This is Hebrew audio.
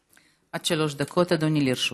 עד שלוש דקות, אדוני, לרשותך.